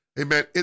amen